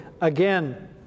again